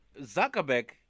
Zuckerberg